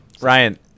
Ryan